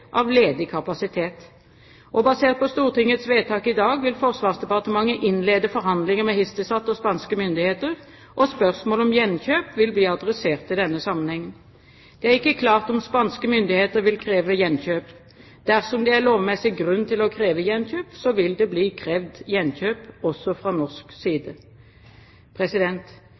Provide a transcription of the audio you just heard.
av ledig kapasitet. Basert på Stortingets vedtak i dag vil Forsvarsdepartementet innlede forhandlinger med Hisdesat og spanske myndigheter, og spørsmålet om gjenkjøp vil bli adressert i denne sammenhengen. Det er ikke klart om spanske myndigheter vil kreve gjenkjøp. Dersom det er lovmessig grunn til å kreve gjenkjøp, vil det bli krevd gjenkjøp også fra norsk side.